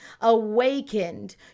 awakened